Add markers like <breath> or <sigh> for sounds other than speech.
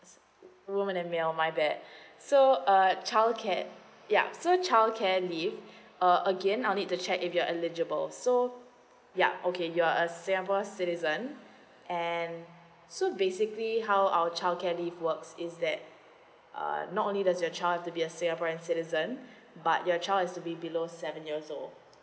woman and male my bad <breath> so uh childcare ya so childcare leave <breath> uh again I'll need to check if you're eligible so yeah okay you are a singapore citizen and so basically how our childcare leave works is that uh not only that's your child has to be a singaporean citizen <breath> but your child has to be below seven years old